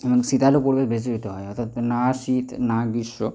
এবং শীতালু পরিবেশ বেশি হতে হয় অর্থাৎ না শীত না গ্রীষ্ম